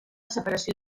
separació